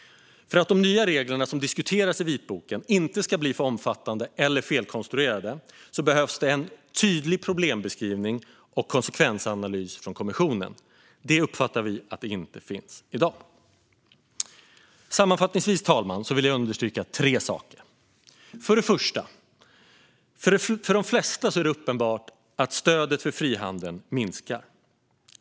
För att de nya regler som diskuteras i vitboken inte ska bli för omfattande eller felkonstruerade behövs en tydlig problembeskrivning och konsekvensanalys från kommissionen. Vi uppfattar att detta inte finns i dag. Sammanfattningsvis, fru talman, vill jag understryka tre saker. För det första: För de flesta är det uppenbart att stödet för frihandel minskar.